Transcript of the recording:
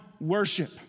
worship